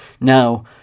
Now